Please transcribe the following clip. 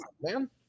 man